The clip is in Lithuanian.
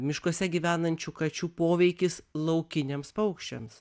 miškuose gyvenančių kačių poveikis laukiniams paukščiams